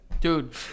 dude